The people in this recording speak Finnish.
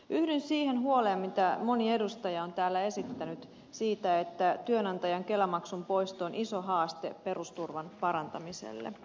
yhdyn siihen huoleen mitä moni edustaja on täällä esittänyt siitä että työnantajan kelamaksun poisto on iso haaste perusturvan parantamiselle